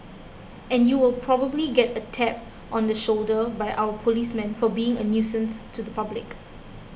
and you will probably get a tap on the shoulder by our policemen for being a nuisance to the public